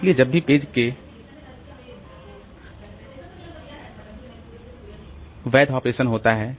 इसलिए जब भी पेज के पर वैध ऑपरेशन होता है